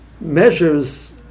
measures